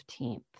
15th